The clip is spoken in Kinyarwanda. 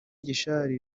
gishari